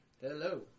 Hello